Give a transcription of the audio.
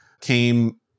came